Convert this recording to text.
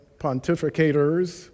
pontificators